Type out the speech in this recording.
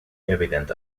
evident